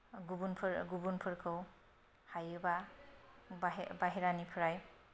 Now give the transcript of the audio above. गुबुनफोर गुबुनफोरखौ हायोब्ला बाहेरानिफ्राय